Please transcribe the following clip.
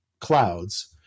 clouds